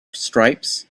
stripes